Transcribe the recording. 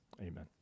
Amen